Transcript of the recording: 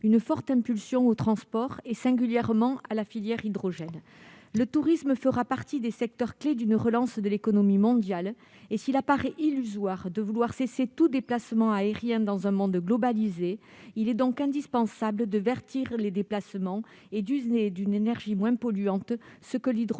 une forte impulsion aux transports, et singulièrement à la filière hydrogène. Le tourisme fera partie des secteurs clés de la relance de l'économie mondiale. Comme il apparaît illusoire de vouloir cesser tout déplacement aérien dans un monde globalisé, il est indispensable de verdir les déplacements en utilisant une énergie moins polluante, comme l'hydrogène.